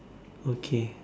okay